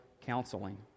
counseling